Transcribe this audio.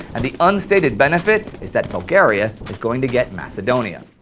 and the unstated benefit is that bulgaria is going to get macedonia.